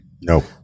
Nope